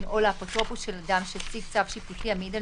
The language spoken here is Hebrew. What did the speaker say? או לאפוטרופוס של אדם שהציג צו שיפוטי המעיד על